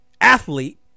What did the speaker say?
athlete